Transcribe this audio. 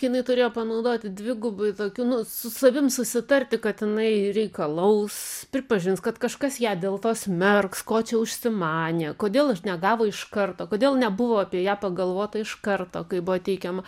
jinai turėjo panaudoti dvigubai tokių nu su savim susitarti kad jinai reikalaus pripažins kad kažkas ją dėl to smerks ko čia užsimanė kodėl aš negavo iš karto kodėl nebuvo apie ją pagalvota iš karto kai buvo teikiama